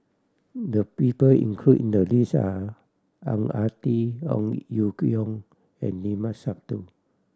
the people include in the list are Ang Ah Tee Ong Ye Kung and Limat Sabtu